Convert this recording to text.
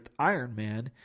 Ironman